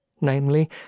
namely